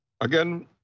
again